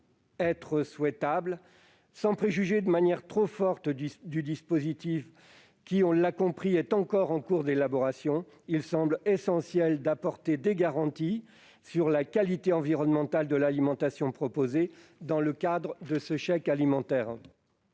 pas souhaitable. Sans préjuger de manière trop catégorique le dispositif, qui, on l'a compris, est encore en cours d'élaboration, il semble essentiel d'apporter des garanties sur la qualité environnementale de l'alimentation proposée dans le cadre du chèque alimentaire.